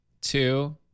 two